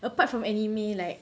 apart from anime like